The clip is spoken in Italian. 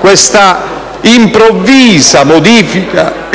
questa improvvisa modifica